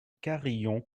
carrillon